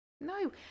no